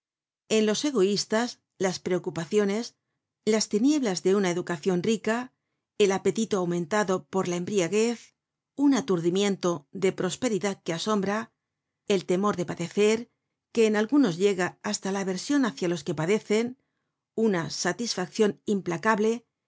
en los egoistas las preocupaciones las tinieblas de una educacion rica el apetito aumentado por la embriaguez un aturdimiento de prosperidad que asombra el temor de padecer que en algunos llega hasta la aversion hácia los que padecen una satisfaccion implacable